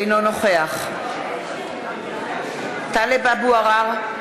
אינו נוכח טלב אבו עראר,